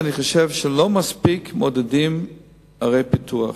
אני חושב שלא מעודדים מספיק את ערי הפיתוח.